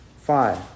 five